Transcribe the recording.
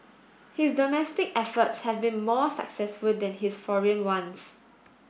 his domestic efforts have been more successful than his foreign ones